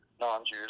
non-Jews